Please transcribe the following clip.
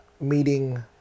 meeting